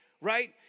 right